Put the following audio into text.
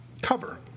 Cover